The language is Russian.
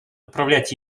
управлять